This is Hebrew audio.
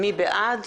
מי בעד?